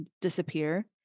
disappear